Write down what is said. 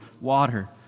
water